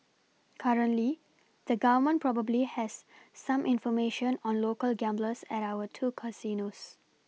currently the Government probably has some information on local gamblers at our two casinos